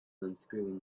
unscrewing